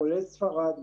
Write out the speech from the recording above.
כולל ספרד,